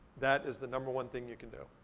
that is the number one thing you can do.